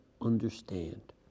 understand